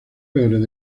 peores